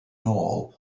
nôl